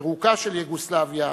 פירוקה של יוגוסלביה,